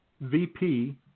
VP